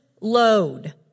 load